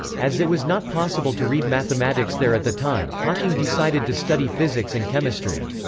as it was not possible to read mathematics there at the time, hawking decided to study physics and chemistry.